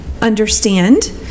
understand